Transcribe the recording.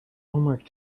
homework